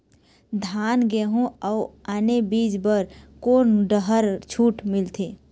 धान गेहूं अऊ आने बीज बर कोन डहर छूट मिलथे?